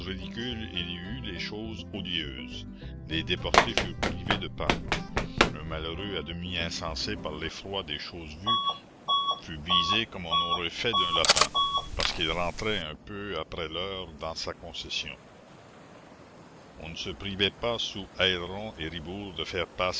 il y eut les choses odieuses les déportés furent privés de pain un malheureux à demi insensé par l'effroi des choses vues fut visé comme on aurait fait d'un lapin parce qu'il rentrait un peu après l'heure dans sa concession la commune on ne se privait pas sous aleyron et ribourt de faire